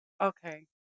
Okay